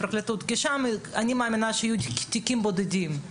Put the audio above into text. של הפרקליטות כי שם אני מאמינה שיהיו תיקים בודדים.